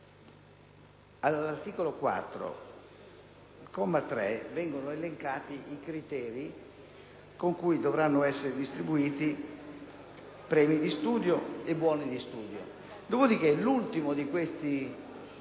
all’articolo 4, comma 3, sono elencati i criteri con cui dovranno essere distribuiti; premi di studio e, buoni di studio. L’ultimo di questi criteri,